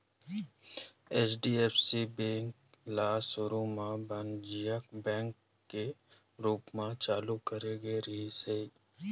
HDFC bank ल सुरू म बानिज्यिक बेंक के रूप म चालू करे गे रिहिस हे